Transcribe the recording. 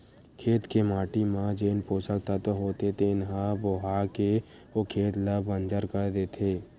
खेत के माटी म जेन पोसक तत्व होथे तेन ह बोहा के ओ खेत ल बंजर कर देथे